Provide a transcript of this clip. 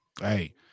Hey